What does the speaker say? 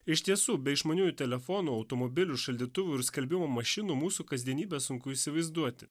iš tiesų be išmaniųjų telefonų automobilių šaldytuvų ir skalbimo mašinų mūsų kasdienybę sunku įsivaizduoti